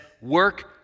work